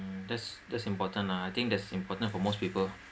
mm that's that's important lah I think that's important for most people